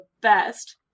best